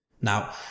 Now